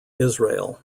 israel